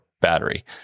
battery